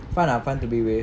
fun ah fun to be with